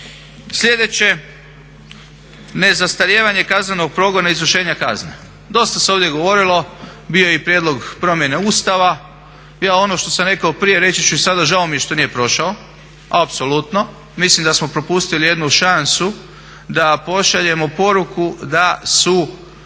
Sljedeće, nezastarijevanje kaznenog progona izvršenja kazne. Dosta se ovdje govorilo, bio je i prijedlog promjene Ustava. Ja ono što sam rekao prije, reći ću i sada, žao mi je što nije prošao, apsolutno. Mislim da smo propustili jednu šansu da pošaljemo poruku da su